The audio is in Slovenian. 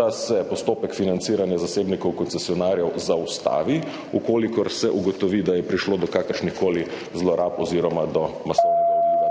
da se postopek financiranja zasebnikov koncesionarjev zaustavi, v kolikor se ugotovi, da je prišlo do kakršnih koli zlorab oziroma do masovnega odliva